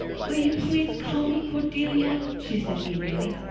will you please call me cordelia? she said eagerly.